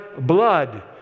blood